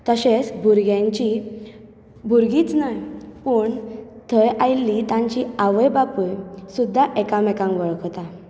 तशेंच भुरग्यांची भुरगींच न्हय पूण थंय आयिल्लीं तांची आवय बापूय सुद्दा एकामेकांक वळखता